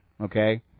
okay